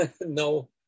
no